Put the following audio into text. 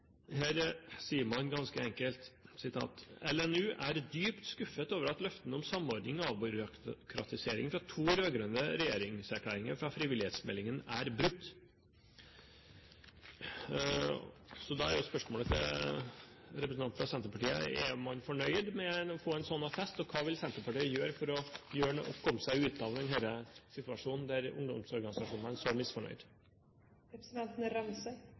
Her sier man ganske enkelt: «LNU er dypt skuffet over at løftene om samordning og avbyråkratisering fra to rødgrønne regjeringserklæringer og fra frivillighetsmeldingen er brutt.» Da er jo spørsmålet til representanten fra Senterpartiet: Er man fornøyd med å få en slik attest, og hva vil Senterpartiet gjøre for å komme seg ut av denne situasjonen der ungdomsorganisasjonene er så misfornøyd? Jeg er fornøyd med at vi har hatt en